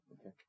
Okay